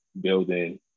building